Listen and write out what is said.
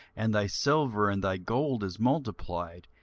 and thy silver and thy gold is multiplied,